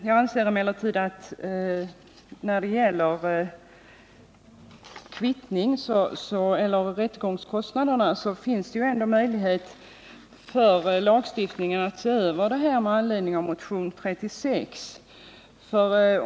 Jag anser emellertid att det finns möjlighet för lagstiftarna att se över frågan om rättegångskostnaderna med anledning av utskottets uttalande om motionen 36.